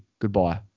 Goodbye